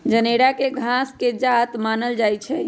जनेरा के घास के जात मानल जाइ छइ